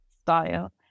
style